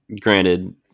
Granted